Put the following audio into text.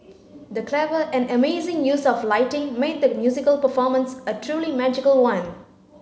the clever and amazing use of lighting made the musical performance a truly magical one